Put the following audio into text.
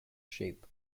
shape